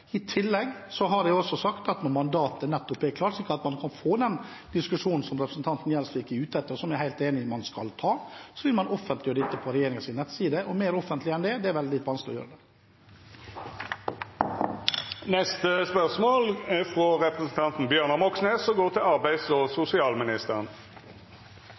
I tillegg har jeg sagt at når mandatet er klart – og man kan få den diskusjonen som representanten Gjelsvik er ute etter, og som jeg er helt enig i at man skal ha – vil man offentliggjøre dette på regjeringens nettside. Mer offentlig enn det er det vel vanskelig å gjøre det. Dette spørsmålet er trekt tilbake. «I redegjørelsesdebatten 5. november 2019 tok jeg opp politiske signaler til